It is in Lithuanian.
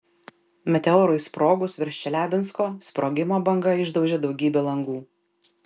meteorui sprogus virš čeliabinsko sprogimo banga išdaužė daugybę langų